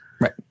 Right